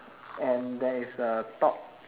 and there is a thought